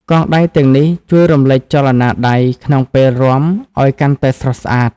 កងដៃទាំងនេះជួយរំលេចចលនាដៃក្នុងពេលរាំឱ្យកាន់តែស្រស់ស្អាត។